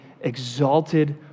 exalted